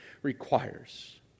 requires